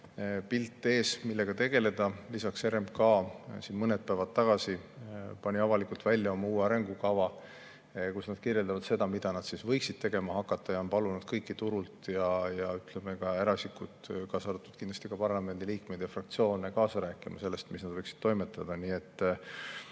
silme ees, millega tegeleda. Lisaks pani RMK mõned päevad tagasi avalikult välja oma uue arengukava, kus nad kirjeldavad seda, mida nad võiksid tegema hakata. Nad on palunud kõiki turu[osalisi] ja ka eraisikuid, kaasa arvatud kindlasti parlamendiliikmeid ja fraktsioone, kaasa rääkima selles, kuidas nad võiksid toimetada.